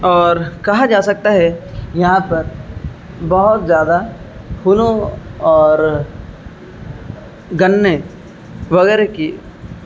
اور کہا جا سکتا ہے یہاں پر بہت زیادہ پھولوں اور گنے وغیرہ کی